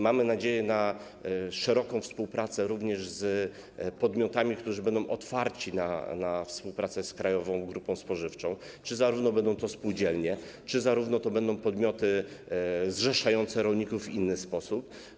Mamy nadzieję na szeroką współpracę również z podmiotami, które będą otwarte na współpracę z Krajową Grupą Spożywczą - czy to będą spółdzielnie, czy to będą podmioty zrzeszające rolników w inny sposób.